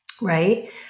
right